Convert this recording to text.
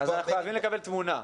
אז אנחנו חייבים לקבל תמונה.